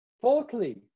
Fourthly